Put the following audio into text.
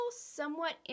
somewhat